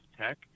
Tech